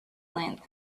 length